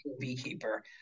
beekeeper